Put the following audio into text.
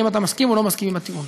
האם אתה מסכים או לא מסכים עם הטיעון?"